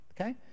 okay